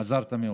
עזרת מאוד.